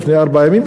לפני ארבעה ימים,